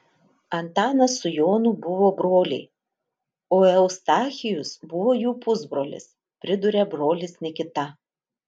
antanas su jonu buvo broliai o eustachijus buvo jų pusbrolis priduria brolis nikita